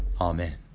Amen